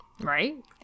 Right